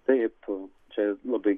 taip čia labai